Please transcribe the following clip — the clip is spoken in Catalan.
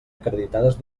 acreditades